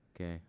Okay